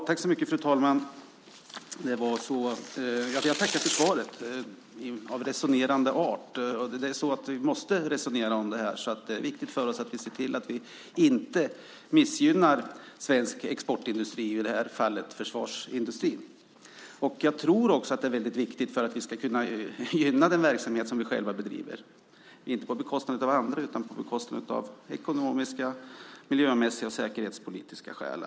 Fru talman! Jag ber att få tacka för svaret av resonerande art. Vi måste resonera om det här. Det är viktigt för oss att vi ser till att vi inte missgynnar svensk exportindustri och i det här fallet försvarsindustrin. Jag tror också att det är väldigt viktigt för att vi ska kunna gynna den verksamhet som vi själva bedriver. Det ska vi inte göra på bekostnad av andra utan genom att se till ekonomiska, miljömässiga och säkerhetspolitiska skäl.